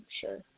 sure